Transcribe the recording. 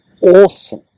awesome